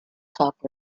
talk